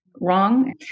wrong